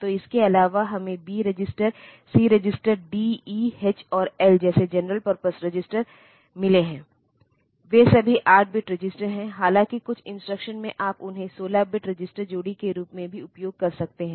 तो इसके अलावा हमें B register C register D E H और एल जैसे जनरल पर्पस रजिस्टर मिले हैं वे सभी 8 बिट रजिस्टर हैं हालाँकि कुछ इंस्ट्रक्शंस में आप उन्हें 16 बिट रजिस्टर जोड़ी के रूप में भी उपयोग कर सकते हैं